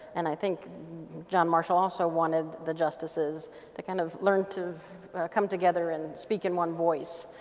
and i think john marshall also wanted the justices to kind of learn to come together and speak in one voice.